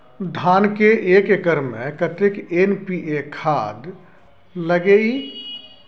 धान के एक एकर में कतेक एन.पी.ए खाद लगे इ?